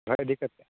ᱤᱫᱤᱠᱟᱛᱮᱜ